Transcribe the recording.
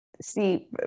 See